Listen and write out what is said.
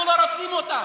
אנחנו לא רוצים אותה.